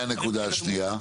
והנקודה השנייה?